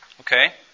Okay